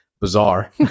bizarre